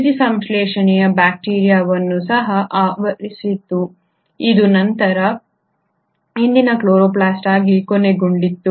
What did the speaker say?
ದ್ಯುತಿಸಂಶ್ಲೇಷಕ ಬ್ಯಾಕ್ಟೀರಿಯಾವನ್ನು ಸಹ ಆವರಿಸಿತು ಅದು ನಂತರ ಇಂದಿನ ಕ್ಲೋರೊಪ್ಲಾಸ್ಟ್ ಆಗಿ ಕೊನೆಗೊಂಡಿತು